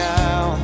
now